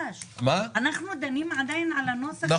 אנחנו דנים עדיין על הנוסח שכל הזמן מדברים